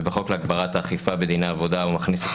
ובחוק להגברת האכיפה בדיני עבודה הוא מכניס את